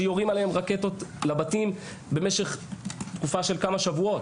שיורים עליהם רקטות לבתים במשך תקופה של כמה שבועות.